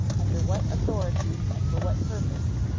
under what authority and for what purpose,